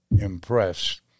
impressed